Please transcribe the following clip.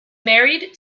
married